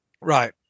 Right